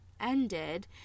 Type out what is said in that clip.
ended